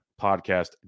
podcast